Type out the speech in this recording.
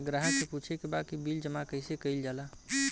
ग्राहक के पूछे के बा की बिल जमा कैसे कईल जाला?